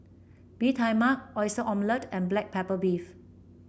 Bee Tai Mak Oyster Omelette and Black Pepper Beef